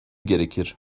gerekir